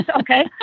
okay